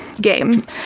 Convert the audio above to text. game